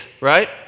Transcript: right